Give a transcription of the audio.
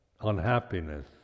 unhappiness